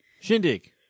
Shindig